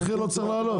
אז למה המחיר צריך לעלות?